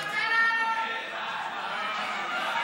אז אני רוצה